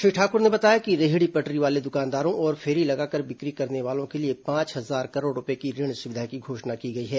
श्री ठाकुर ने बताया कि रेहड़ी पटरी वाले दुकानदारों और फेरी लगाकर बिक्री करने वालों के लिए पांच हजार करोड़ रुपये की ऋण सुविधा की घोषणा की गई है